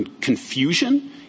confusion